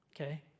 okay